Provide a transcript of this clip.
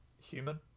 human